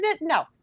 no